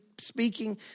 speaking